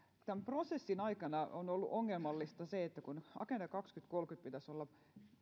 tämän prosessin aikana on ollut ongelmallista se että kun agenda kaksituhattakolmekymmentän pitäisi olla